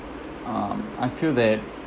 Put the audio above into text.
um I feel that